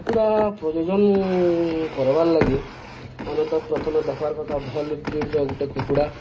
କୁକୁଡ଼ା ପ୍ରଜନନ କରବାର୍ ଲାଗି ଆମେ ତ ପ୍ରଥମେ ଦେଖ୍ବାର୍ କଥା ଭଲ୍ ବ୍ରିଡ଼ର ଗୋଟେ କୁକୁଡ଼ା